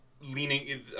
leaning